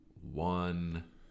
one